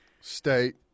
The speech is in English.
State